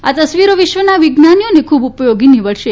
આ તસવીરો વિશ્વના વિજ્ઞાનીઓને ખુબ ઉપયોગી નિવડશે